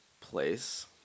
place